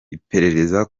iperereza